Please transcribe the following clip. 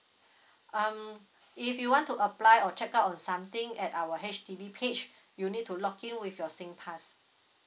um if you want to apply or check out on something at our H_D_B page you need to login with your singpass